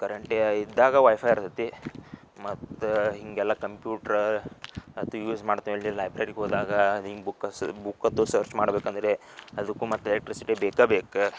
current ಇದ್ದಾಗ wifi ಇರಾತೈತಿ ಮತ್ತು ಹಿಂಗೆಲ್ಲ ಕಂಪ್ಯೂಟ್ರ ಅಂತ ಯೂಸ್ ಮಾಡ್ತೀವಿ ಹೇಳಿ ಲೈಬ್ರೆರಿಗೆ ಹೋದಾಗ ಅದು ಹಿಂಗೆ ಬುಕ್ಕಸ್ ಬುಕ್ ಅಂತೂ ಸರ್ಚ್ ಮಾಡಬೇಕಂದ್ರೆ ಅದಕ್ಕೂ ಮತ್ತು ಎಲೆಕ್ಟ್ರಿಸಿಟಿ ಬೇಕಾ ಬೇಕ